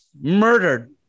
murdered